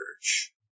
church